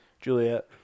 Juliet